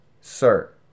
sir